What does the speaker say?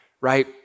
right